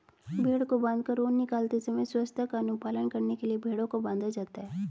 भेंड़ को बाँधकर ऊन निकालते समय स्वच्छता का अनुपालन करने के लिए भेंड़ों को बाँधा जाता है